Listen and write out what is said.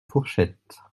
fourchette